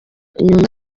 nyuma